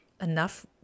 enough